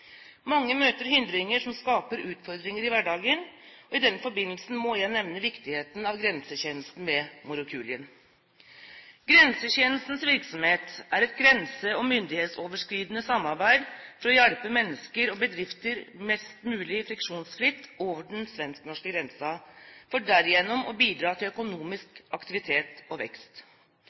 Mange møter hindringer som skaper utfordringer i hverdagen, og i den forbindelse må jeg nevne viktigheten av Grensetjenesten i Morokulien. Grensetjenestens virksomhet er et grense- og myndighetsoverskridende samarbeid for å hjelpe mennesker og bedrifter mest mulig friksjonsfritt over den svensk-norske grensen, for derigjennom å bidra til økonomisk aktivitet og vekst.